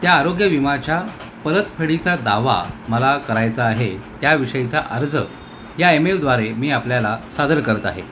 त्या आरोग्य विमाच्या परतफेडीचा दावा मला करायचा आहे त्याविषयीचा अर्ज या इमएल द्वारे मी आपल्याला सादर करत आहे